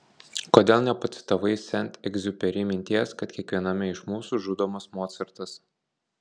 kodėl nepacitavai sent egziuperi minties kad kiekviename iš mūsų žudomas mocartas